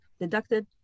deducted